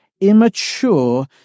immature